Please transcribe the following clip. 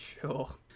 Sure